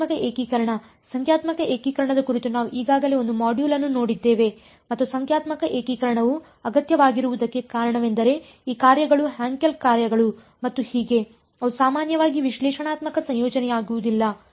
ಸಂಖ್ಯಾತ್ಮಕ ಏಕೀಕರಣ ಸಂಖ್ಯಾತ್ಮಕ ಏಕೀಕರಣದ ಕುರಿತು ನಾವು ಈಗಾಗಲೇ ಒಂದು ಮಾಡ್ಯೂಲ್ ಅನ್ನು ನೋಡಿದ್ದೇವೆ ಮತ್ತು ಸಂಖ್ಯಾತ್ಮಕ ಏಕೀಕರಣವು ಅಗತ್ಯವಾಗಿರುವುದಕ್ಕೆ ಕಾರಣವೆಂದರೆ ಈ ಕಾರ್ಯಗಳು ಹ್ಯಾಂಕೆಲ್ ಕಾರ್ಯಗಳು ಮತ್ತು ಹೀಗೆ ಅವು ಸಾಮಾನ್ಯವಾಗಿ ವಿಶ್ಲೇಷಣಾತ್ಮಕ ಸಂಯೋಜನೆಯಾಗುವುದಿಲ್ಲ